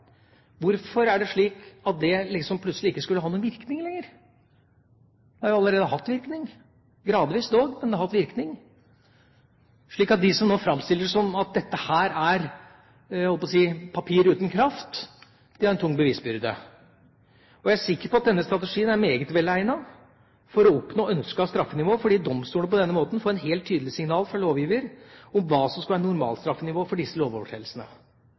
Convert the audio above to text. Hvorfor er det slik at det liksom plutselig ikke skulle ha noen virkning lenger? Det har jo allerede hatt virkning, gradvis dog, men det har hatt virkning, slik at de som nå framstiller det som at dette er – jeg holdt på å si – papir uten kraft, har en tung bevisbyrde. Jeg er sikker på at denne strategien er meget velegnet til å oppnå ønsket straffenivå, fordi domstolene på denne måten får et helt tydelig signal fra lovgiver om hva som skal være normalstraffenivå for disse lovovertredelsene.